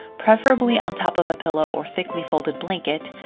preferably on top of a pillow or thickly folded blanket,